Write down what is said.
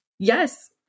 Yes